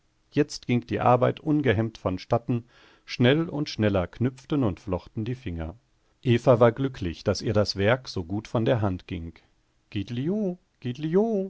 jetzt ging die arbeit ungehemmt vonstatten schnell und schneller knüpften und flochten die finger eva war glücklich daß ihr das werk so gut von der hand ging gidlio gidlio